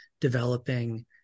developing